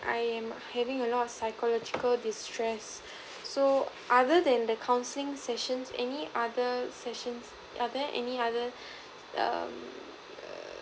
I am having a lot of psychological distress so other than the counselling sessions any other sessions are there any other um err